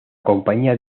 compañía